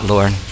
Lord